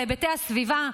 בהיבטי הסביבה,